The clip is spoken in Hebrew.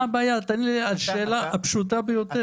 תענה לי על שאלה פשוטה ביותר.